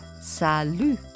Salut